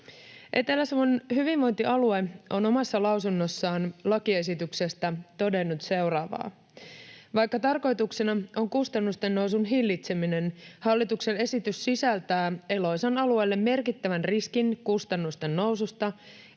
Etelä-Savon hyvinvointialue on omassa lausunnossaan lakiesityksestä todennut seuraavaa: ''Vaikka tarkoituksena on kustannusten nousun hillitseminen, hallituksen esitys sisältää Eloisan alueelle merkittävän riskin kustannusten noususta